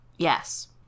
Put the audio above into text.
Yes